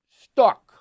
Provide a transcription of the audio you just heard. stuck